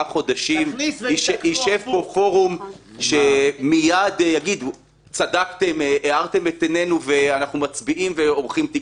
הישיבה הזאת נועדה בעיקר להגיע לנושא של הסיכומים ולא להתחיל לפתוח